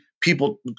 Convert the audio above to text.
people